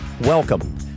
welcome